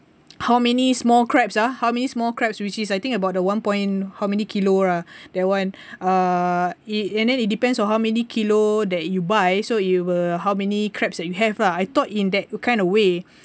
how many small crabs ah how many small crabs which is I think about the one point how many kilo ah that one uh it and then it depends on how many kilo that you buy so you were how many crabs that you have lah I thought in that kind of way